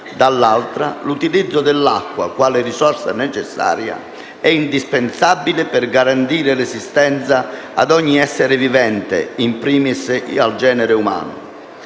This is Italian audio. dall’altra, l’utilizzo dell’acqua quale risorsa necessaria e indispensabile per garantire l’esistenza ad ogni essere vivente, in primis al genere umano.